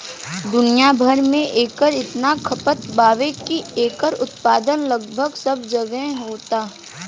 दुनिया भर में एकर इतना खपत बावे की एकर उत्पादन लगभग सब जगहे होता